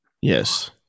Yes